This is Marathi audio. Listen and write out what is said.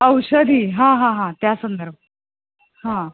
औषधी हां हां हां त्या संदर्भ हां